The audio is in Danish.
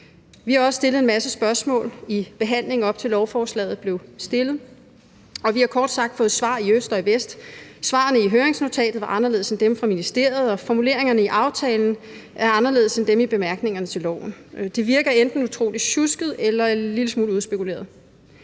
Vi har også stillet en masse spørgsmål i behandlingen, op til at lovforslaget blev stillet, og vi har kort sagt fået svar i øst og vest. Svarene i høringsnotatet var anderledes end dem fra ministeriet, og formuleringerne i aftalen er anderledes end dem i bemærkningerne til loven; det virker enten utrolig sjusket eller en lille smule udspekuleret.